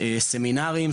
סמינרים,